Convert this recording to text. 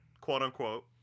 quote-unquote